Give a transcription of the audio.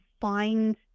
find